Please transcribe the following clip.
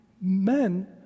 men